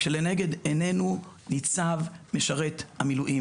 כשלנגד עינינו ניצב משרת המילואים